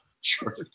Sure